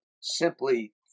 simply